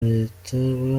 leta